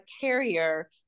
carrier